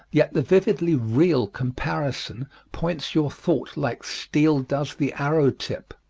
yet the vividly real comparison points your thought like steel does the arrow-tip.